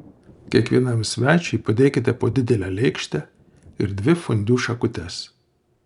kiekvienam svečiui padėkite po didelę lėkštę ir dvi fondiu šakutes